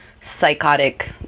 psychotic